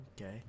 Okay